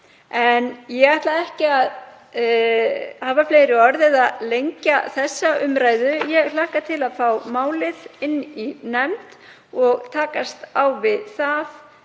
En ég ætla ekki að hafa fleiri orð eða lengja þessa umræðu en ég hlakka til að fá málið inn í nefnd og takast á við það